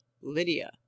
Lydia